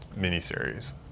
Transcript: miniseries